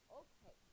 okay